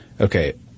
Okay